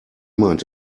meint